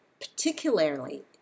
particularly